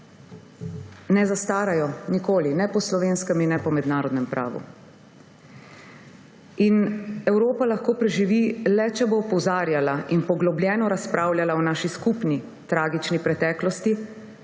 ne zastarajo nikoli, ne po slovenskem in ne po mednarodnem pravu. Evropa lahko preživi le, če bo opozarjala in poglobljeno razpravljala o naši skupni tragični preteklosti,